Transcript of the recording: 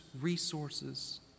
resources